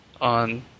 on